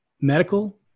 medical